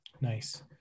Nice